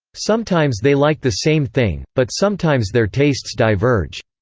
sometimes they like the same thing, but sometimes their tastes diverge.